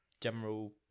General